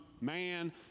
man